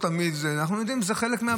אנחנו יודעים זה חלק מהבעיה.